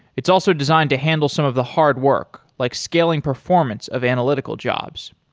it's also designed to handle some of the hard work, like scaling performance of analytical jobs.